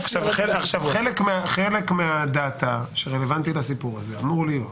חלק מה-Data שרלוונטי לסיפור הזה אמור להיות